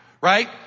Right